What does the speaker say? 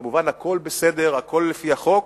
כמובן, הכול בסדר, הכול לפי החוק.